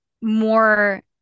more